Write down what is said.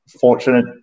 fortunate